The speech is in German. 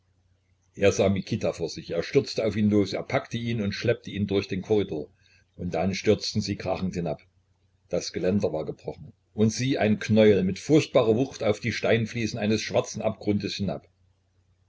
er sah mikita vor sich er stürzte auf ihn los er packte ihn und schleppte ihn durch den korridor und dann stürzten sie krachend hinab das geländer war gebrochen und sie ein knäuel mit furchtbarer wucht auf die steinfliesen eines schwarzen abgrunds hinab